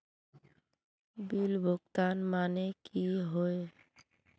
Bill भुगतान माने की होय?